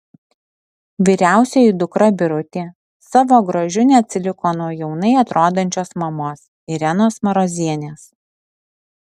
vyriausioji dukra birutė savo grožiu neatsiliko nuo jaunai atrodančios mamos irenos marozienės